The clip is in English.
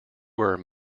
were